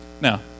Now